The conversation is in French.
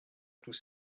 tous